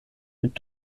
mit